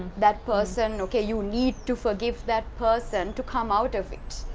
that person okay you need to forgive that person to come out of it.